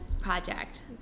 project